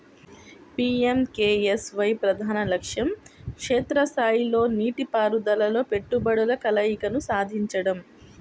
PMKSY ప్రధాన లక్ష్యం క్షేత్ర స్థాయిలో నీటిపారుదలలో పెట్టుబడుల కలయికను సాధించడం